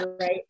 right